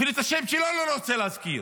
אפילו את השם שלו אני לא רוצה להזכיר,